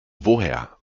woher